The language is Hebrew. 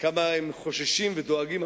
כמה חוששים ודואגים,